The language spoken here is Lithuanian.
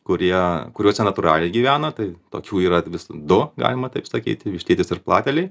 kurie kuriuose natūraliai gyvena tai tokių yra du galima taip sakyti vištytis ir plateliai